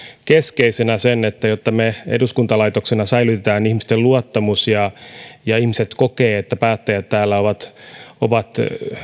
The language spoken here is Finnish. keskeisenä sen että jotta me eduskuntalaitoksena säilytämme ihmisten luottamuksen ja ihmiset kokevat että päättäjät täällä ovat ovat